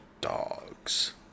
Dogs